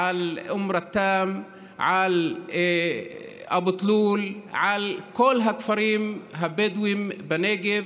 אום רתאם, אבו תלול, על כל הכפרים הבדואיים בנגב.